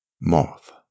moth